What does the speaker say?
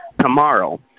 tomorrow